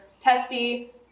testy